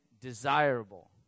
desirable